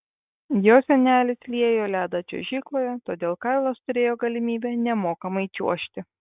jo senelis liejo ledą čiuožykloje todėl karlas turėjo galimybę nemokamai čiuožti